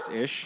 ish